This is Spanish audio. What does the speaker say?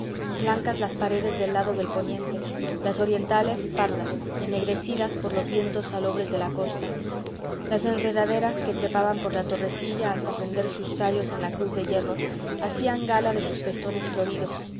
blancas las paredes del lado del poniente las orientales pardas ennegrecidas por los vientos salobres de la costa las enredaderas que trepaban por la torrecilla hasta prender sus tallos en la cruz de hierro hacían gala de sus festones floridos